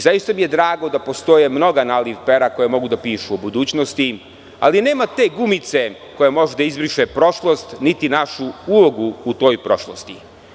Zaistami je drago da postoje mnoga naliv pera koja mogu da pišu o budućnosti, ali nema te gumice koja može da izbriše prošlost, niti našu ulogu u toj prošlosti.